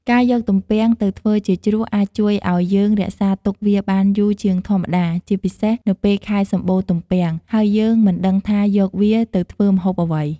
ការយកទំពាំងទៅធ្វើជាជ្រក់អាចជួយឱ្យយើងរក្សាទុកវាបានយូរជាងធម្មតា ជាពិសេស នៅពេលខែសម្បូរទំពាំង ហើយយើងមិនដឹងថាយកវាទៅធ្វើម្ហូបអ្វី។